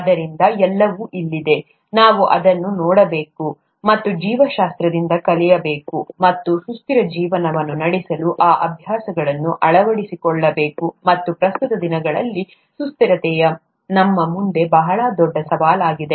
ಆದ್ದರಿಂದ ಎಲ್ಲವೂ ಇಲ್ಲಿದೆ ನಾವು ಅದನ್ನು ನೋಡಬೇಕು ಮತ್ತು ಜೀವಶಾಸ್ತ್ರದಿಂದ ಕಲಿಯಬೇಕು ಮತ್ತು ಸುಸ್ಥಿರ ಜೀವನವನ್ನು ನಡೆಸಲು ಆ ಅಭ್ಯಾಸಗಳನ್ನು ಅಳವಡಿಸಿಕೊಳ್ಳಬೇಕು ಮತ್ತು ಪ್ರಸ್ತುತ ದಿನಗಳಲ್ಲಿ ಸುಸ್ಥಿರತೆಯು ನಮ್ಮ ಮುಂದೆ ಬಹಳ ದೊಡ್ಡ ಸವಾಲಾಗಿದೆ